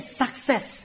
success